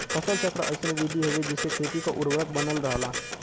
फसल चक्र अइसन विधि हउवे जेसे खेती क उर्वरक बनल रहला